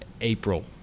April